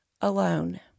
alone